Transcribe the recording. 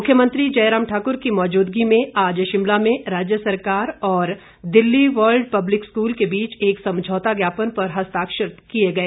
मुख्यमंत्री जयराम ठाकुर की मौजूदगी में आज शिमला में राज्य सरकार और दिल्ली वर्ल्ड पब्लिक स्कूल के बीच एक समझौता ज्ञापन पर हस्ताक्षर किए गए